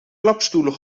klapstoelen